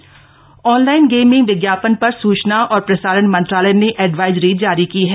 gaming advisory online gaming विज्ञापन पर सूचना और प्रसारण मंत्रालय ने एडवाइजरी जारी की है